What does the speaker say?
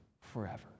forever